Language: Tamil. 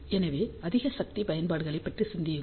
எனவே அதிக சக்தி பயன்பாடுகளைப் பற்றி சிந்தியுங்கள்